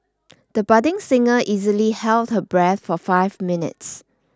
the budding singer easily held her breath for five minutes